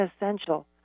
essential